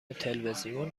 تلویزیون